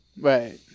right